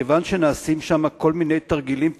כיוון שנעשים שם כל מיני תרגילים תכנוניים.